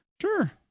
Sure